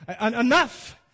enough